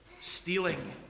stealing